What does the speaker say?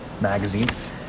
magazines